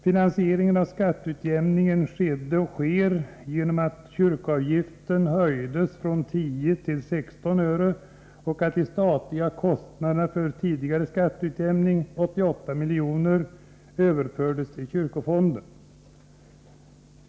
Finansieringen av skatteutjämningen skedde och sker genom att kyrkoavgiften höjdes från 10 till 16 öre och att de statliga kostnaderna för tidigare skatteutjämning, 88 miljoner, överfördes till kyrkofonden.